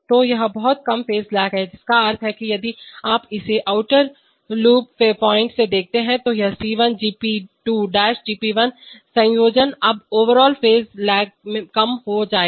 तो यह बहुत कम फेज लेग है जिसका अर्थ है कि यदि आप इसे आउटर लूप पॉइंट से देखते हैं तो यह C1 G'p2 Gp1 संयोजन अब ओवरआल फेज लेग कम हो गया है